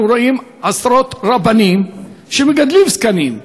אנחנו רואים עשרות רבנים שמגדלים זקנים,